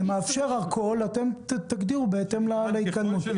זה מאפשר הכול, ואתם תגדירו בהתאם להתקדמות.